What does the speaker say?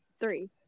three